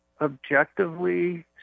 objectively